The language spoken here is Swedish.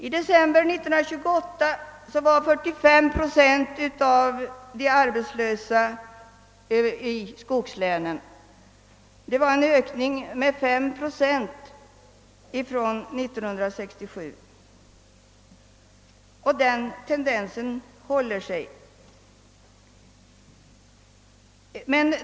I december 1968 var 45 procent av de arbetslösa bosatta i skogslänen, en ökning med 5 procent från 1967. Den tendensen kvarstår.